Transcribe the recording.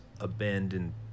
abandoned